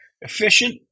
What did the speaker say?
efficient